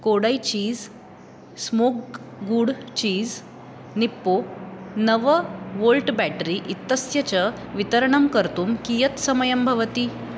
Kodai cheese smoke good cheese Nippo नव volt battery इत्यस्य च वितरणं कर्तुं कियत् समयं भवति